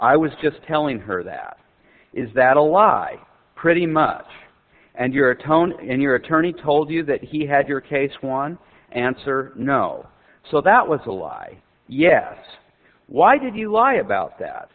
i was just telling her that is that a lot i pretty much and your tone in your attorney told you that he had your case one answer no so that was a lie yes why did you lie about that